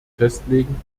festlegen